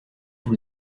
vous